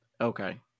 Okay